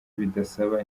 bidasaba